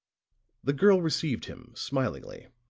the girl received him smilingly.